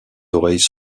oreilles